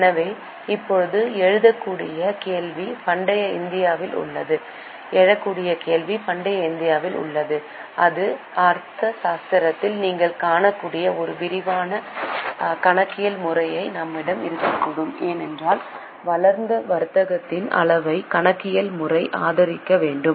எனவே இப்போது எழக்கூடிய கேள்வி பண்டைய இந்தியாவில் உள்ளது இது ஆர்த்த சாஸ்திரத்தில் நீங்கள் காணக்கூடிய ஒரு விரிவான கணக்கியல் முறைமை நம்மிடம் இருக்கக்கூடும் ஏனென்றால் வளர்ந்த வர்த்தகத்தின் அளவைக் கணக்கியல் முறை ஆதரிக்க வேண்டும்